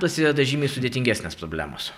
prasideda žymiai sudėtingesnės problemos